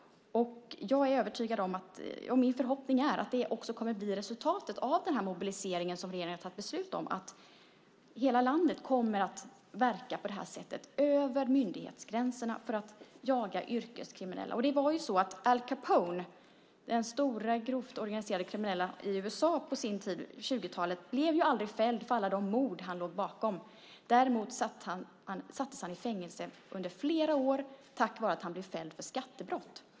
Min förhoppning är att resultatet av den mobilisering som regeringen har fattat beslut om blir att hela landet kommer att verka på det här sättet över myndighetsgränserna för att jaga yrkeskriminella. Al Capone, den store grovt kriminelle i USA på 20-talet, blev ju aldrig fälld för alla mord han låg bakom. Däremot sattes han i fängelse i flera år tack vare att han blev fälld för skattebrott.